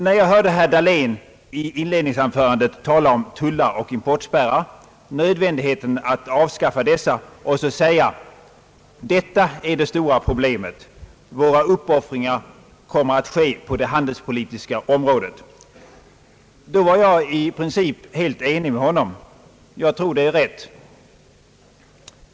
När jag hörde herr Dahlén i sitt inledningsanförande tala om tullar och importspärrar och nödvändigheten av att avskaffa dessa och så säga, att det stora problemet är att våra uppoffringar kommer att ske på det handelspolitiska området, då var jag i princip helt ense med honom. Jag tror det är rätt.